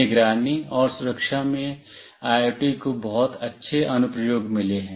निगरानी और सुरक्षा में आईओटी को बहुत अच्छे अनुप्रयोग मिले हैं